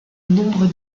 nombre